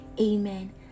amen